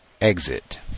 exit